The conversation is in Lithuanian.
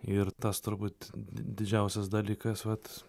ir tas turbūt didžiausias dalykas vat